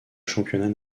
championnat